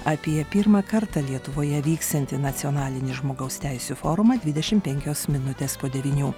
apie pirmą kartą lietuvoje vyksiantį nacionalinį žmogaus teisių forumą dvidešimt penkios minutės po devynių